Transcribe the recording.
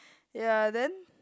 ya then